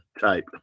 type